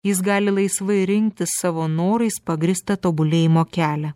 jis gali laisvai rinktis savo norais pagrįstą tobulėjimo kelią